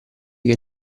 che